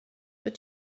but